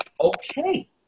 okay